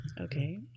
Okay